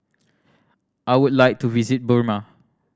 I would like to visit Burma